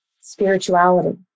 spirituality